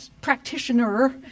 practitioner